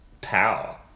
power